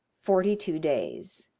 forty-two days